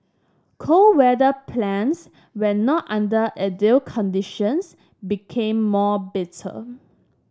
cold weather plants when not under ideal conditions became more bitter